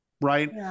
Right